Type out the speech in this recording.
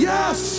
Yes